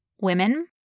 women